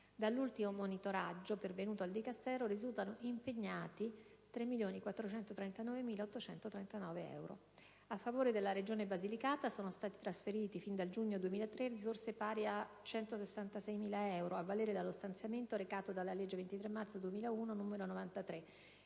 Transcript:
dall'ultimo monitoraggio pervenuto al Dicastero risultano impegnati 3.439.839 euro. A favore della regione Basilicata sono stati trasferiti, fin dal giugno 2003, risorse pari a 166.011 euro, a valere dello stanziamento recato dalla legge 23 marzo 2001, n. 93,